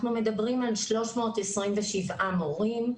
אנחנו מדברים על 327 מורים,